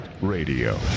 Radio